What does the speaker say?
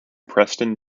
preston